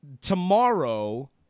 tomorrow